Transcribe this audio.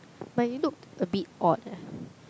but it looked a bit odd eh